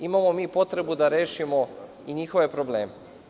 Imamo mi potrebu da rešimo i njihove probleme.